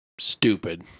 Stupid